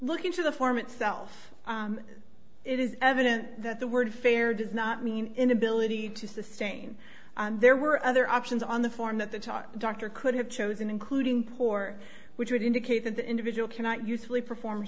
look into the form itself it is evident that the word fair does not mean inability to sustain there were other options on the form at the top doctor could have chosen including por which would indicate that the individual cannot usefully perform